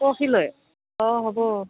পৰহিলৈ অ হ'ব